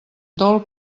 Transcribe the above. dol